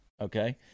okay